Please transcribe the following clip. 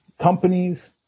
companies